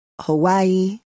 Hawaii